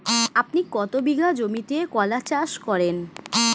আপনি কত বিঘা জমিতে কলা চাষ করেন?